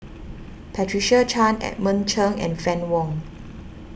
Patricia Chan Edmund Cheng and Fann Wong